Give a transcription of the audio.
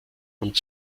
und